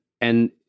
And-